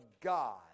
God